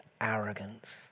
arrogance